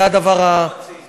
זה הדבר, רוצים.